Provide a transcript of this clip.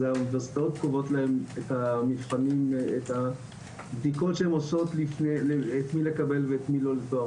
האוניברסיטאות קובעות להן את הבדיקות שהן עושות את מי לקבל לתואר